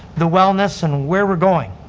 the wellness and where we're going,